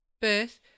Birth